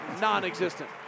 non-existent